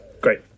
Great